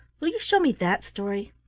will you show me that story?